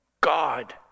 God